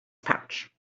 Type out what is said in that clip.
pouch